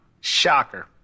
Shocker